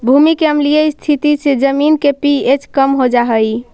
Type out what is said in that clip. भूमि के अम्लीय स्थिति से जमीन के पी.एच कम हो जा हई